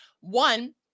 One